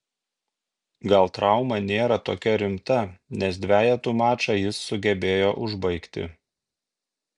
gal trauma nėra tokia rimta nes dvejetų mačą jis sugebėjo užbaigti